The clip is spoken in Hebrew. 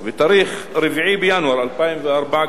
ב-4 בינואר 2004,